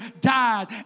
died